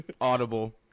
audible